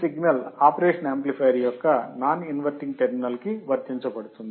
ఈ signal operation amplifier యొక్క non inverting terminal కి వర్తించబడుతుంది